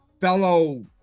fellow